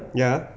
ya